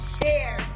share